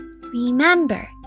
Remember